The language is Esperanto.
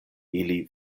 ili